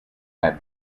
had